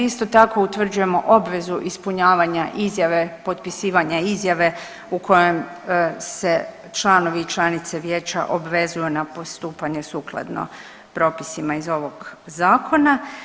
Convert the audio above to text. Isto tako utvrđujemo obvezu ispunjavanja izjave potpisivanja izjave u kojem se članovi i članice vijeća obvezuju na postupanje sukladno propisima iz ovog zakona.